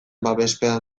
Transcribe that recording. babespean